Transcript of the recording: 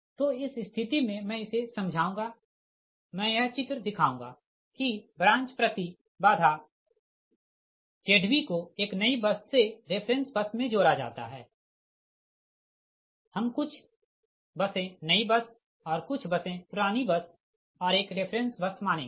तो इस स्थिति मे मैं इसे समझाऊंगा मैं यह चित्र दिखाऊंगा कि ब्रांच प्रति बाधा Zb को एक नई बस से रेफ़रेंस बस मे जोड़ा जाता है हम कुछ बसें नई बस और कुछ बसें पुरानी बस और एक रेफ़रेंस बस मानेंगे